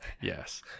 yes